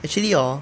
actually hor